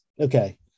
okay